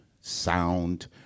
sound